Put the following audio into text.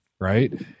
right